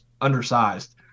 undersized